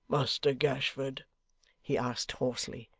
muster gashford he asked hoarsely,